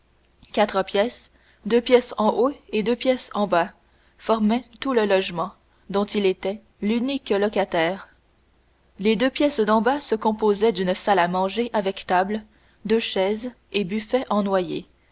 quatre pièces deux pièces en haut et deux pièces en bas formaient tout le logement dont il était l'unique locataire les deux pièces d'en bas se composaient d'une salle à manger avec table deux chaises et buffet en noyer